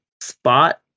spot